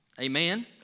Amen